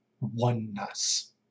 oneness